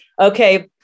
Okay